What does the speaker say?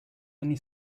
anni